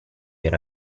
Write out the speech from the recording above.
era